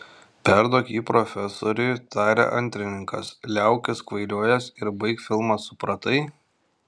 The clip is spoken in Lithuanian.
perduok jį profesoriui tarė antrininkas liaukis kvailiojęs ir baik filmą supratai